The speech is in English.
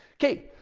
okay,